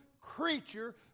creature